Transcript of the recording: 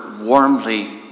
warmly